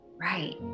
Right